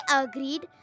agreed